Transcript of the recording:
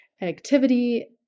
activity